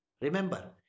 Remember